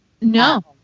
No